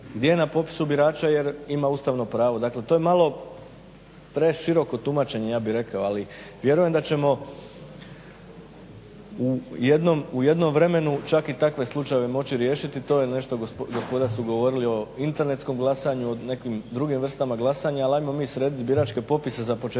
gdje je na popisu birača jer ima ustavno pravo. Dakle to je malo preširoko tumačenje ja bih rekao ali vjerujem da ćemo u jednom vremenu čak i takve slučajeve moći riješiti. To je nešto gospoda su govorila o internetskom glasanju o nekim drugim vrstama glasanja. Ali ajmo mi srediti biračke popise za početak